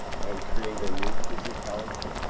and create a new physicality?